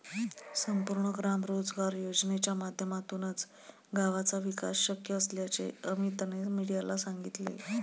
संपूर्ण ग्राम रोजगार योजनेच्या माध्यमातूनच गावाचा विकास शक्य असल्याचे अमीतने मीडियाला सांगितले